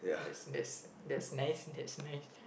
that's that's that's nice that's nice